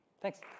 Thanks